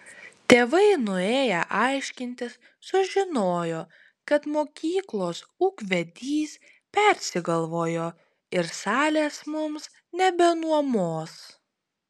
tėvai nuėję aiškintis sužinojo kad mokyklos ūkvedys persigalvojo ir salės mums nebenuomos